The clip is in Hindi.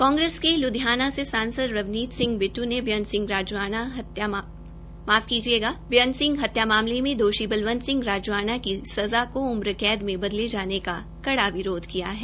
कांग्रेस के ल्धियाना से सांसद रवनीत सिंह बिटटू ने बेअंत सिंह हत्या मामले में दोषी बलबंत सिंह राजोआणा की सज़ा को उम्रकैद में बदले जाने का कड़ा विरोध किया है